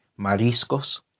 mariscos